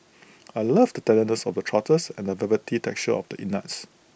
I love the tenderness of the trotters and the velvety texture of the innards